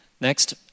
Next